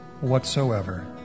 whatsoever